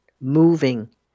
moving